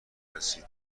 رسید